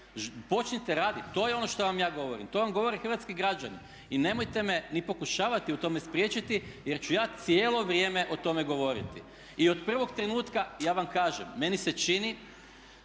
Počnite raditi to je ono što vam ja govorim, to vam govore hrvatski građani. I nemojte me ni pokušavati u tome spriječiti jer ću ja cijelo vrijeme o tome govoriti. I od prvog trenutka ja vam kažem meni se čini